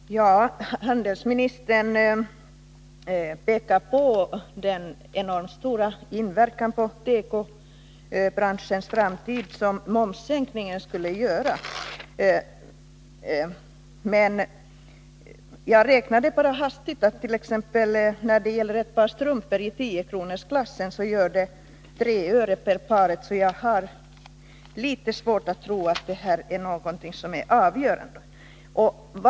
Herr talman! Handelsministern pekar på den enormt stora inverkan momssänkningen får på tekobranschens framtid. Jag har helt hastigt räknat ut att när det t.ex. gäller ett par strumpor i 10-kronorsklassen gör momssänkningen 3 öre per par. Jag har litet svårt att tro att momssänkningen är någonting som är avgörande i sammanhanget.